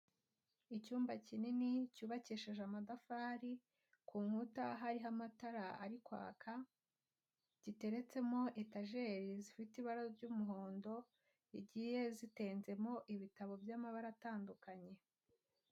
Icyumba kinini cyubakishije amatafari, ku nkuta hariho amatara ari kwaka, giteretsemo etajeri zifite ibara ry'umuhondo, zigiye zitenzemo ibitabo by'amabara atandukanye.